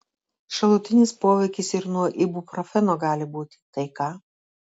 šalutinis poveikis ir nuo ibuprofeno gali būti tai ką